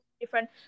different